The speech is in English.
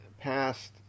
past